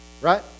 right